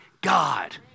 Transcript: God